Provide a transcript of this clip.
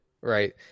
Right